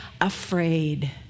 afraid